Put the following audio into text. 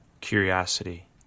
Curiosity